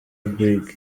brig